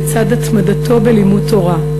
בצד התמדתו בלימוד תורה,